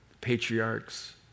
Patriarchs